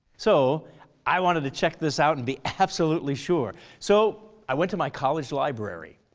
so i wanted to check this out and be absolutely sure, so i went to my college library.